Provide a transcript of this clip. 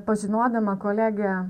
pažinodama kolegę